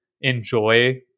enjoy